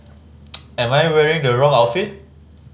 am I wearing the wrong outfit